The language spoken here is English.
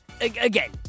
again